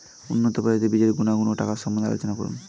উন্নত প্রজাতির বীজের গুণাগুণ ও টাকার সম্বন্ধে আলোচনা করুন